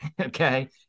okay